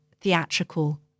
theatrical